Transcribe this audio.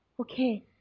Okay